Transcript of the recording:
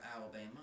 Alabama